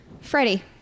Freddie